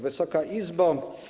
Wysoka Izbo!